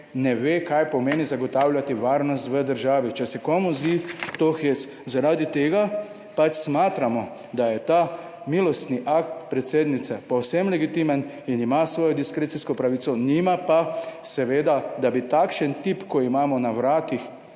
ne ve kaj pomeni zagotavljati varnost v državi? Zaradi tega pač smatramo, da je ta milostni akt predsednice povsem legitimen in ima svojo diskrecijsko pravico. Nima pa seveda, da bi takšen tip, ko imamo na vratih